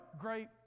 great